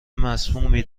مسمومی